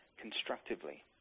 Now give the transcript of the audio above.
constructively